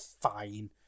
fine